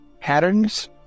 patterns